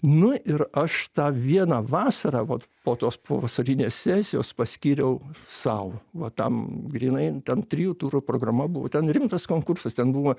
nu ir aš tą vieną vasarą vat po tos pavasarinės sesijos paskyriau sau va tam grynai ten trijų turų programa buvo ten rimtas konkursas ten buvo